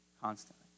constantly